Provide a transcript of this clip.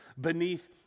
beneath